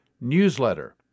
newsletter